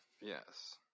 yes